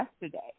yesterday